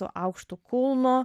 aukštu kulnu